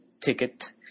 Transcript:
ticket